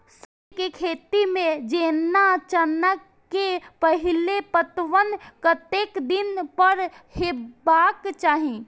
सब्जी के खेती में जेना चना के पहिले पटवन कतेक दिन पर हेबाक चाही?